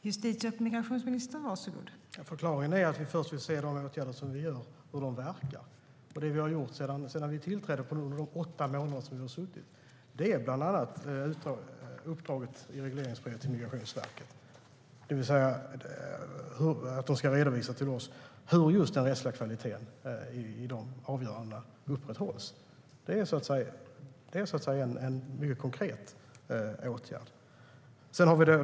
Fru talman! Förklaringen är att vi först vill se hur de åtgärder vi genomför verkar. Och det vi har gjort under de åtta månader som vi har suttit i regeringsställning är bland annat att vi har gett ett uppdrag i regleringsbrevet till Migrationsverket, det vill säga att de ska redovisa till oss hur den rättsliga kvaliteten i avgörandena upprätthålls. Det är en mycket konkret åtgärd.